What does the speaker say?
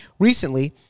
Recently